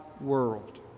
world